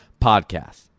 podcast